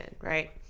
Right